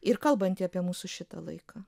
ir kalbanti apie mūsų šitą laiką